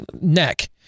neck